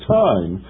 time